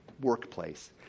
workplace